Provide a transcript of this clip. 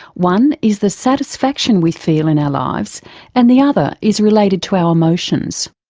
one is the satisfaction we feel in our lives and the other is related to our emotions.